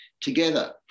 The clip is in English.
together